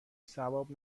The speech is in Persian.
ثواب